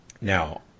Now